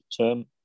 term